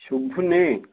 ଶୁଭୁନି